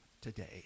today